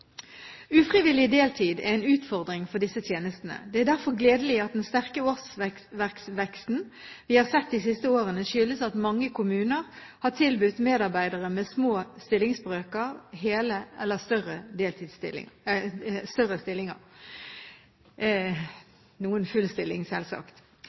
Ufrivillig deltid er en utfordring for disse tjenestene. Det er derfor gledelig at den sterke årsveksten vi har sett de siste årene, skyldes at mange kommuner har tilbudt medarbeidere med små stillingsbrøker større eller hele stillinger. I seg selv utgjør dette om lag 6 000 årsverk i perioden 2005–2009, eller